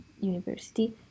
university